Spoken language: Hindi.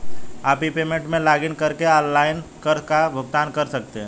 आप ई पेमेंट में लॉगइन करके ऑनलाइन कर का भुगतान कर सकते हैं